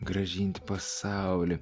grąžinti pasaulį